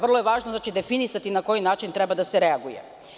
Vrlo je važno definisati na koji način treba da se reaguje.